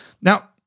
Now